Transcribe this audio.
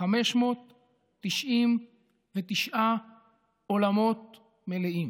599 עולמות מלאים,